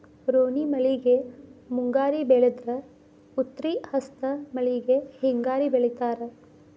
ರೋಣಿ ಮಳೆಗೆ ಮುಂಗಾರಿ ಬೆಳದ್ರ ಉತ್ರಿ ಹಸ್ತ್ ಮಳಿಗೆ ಹಿಂಗಾರಿ ಬೆಳಿತಾರ